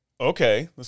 okay